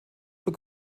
für